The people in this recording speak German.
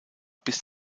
bis